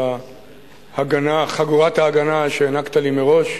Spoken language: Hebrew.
תודה על חגורת ההגנה שהענקת לי מראש